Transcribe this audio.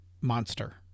monster